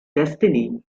destiny